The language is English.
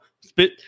Spit